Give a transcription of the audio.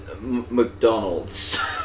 McDonald's